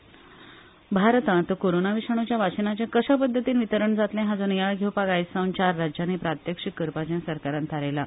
Covid demo भारतान corona विशाणूच्या वाशिनाचे कशापध्दतीन वितरण जातले हाचो नियाळ घेवपाक आयजसावन चार राज्यांनी प्रात्यक्षिक करपाचे सरकारान थारायला